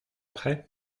prêt